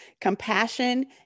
compassion